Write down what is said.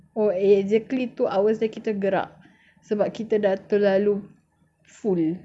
or exactly two hours then kita gerak sebab kita dah terlalu full